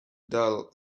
dull